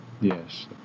Yes